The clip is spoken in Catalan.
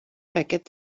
aquest